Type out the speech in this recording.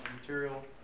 material